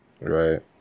Right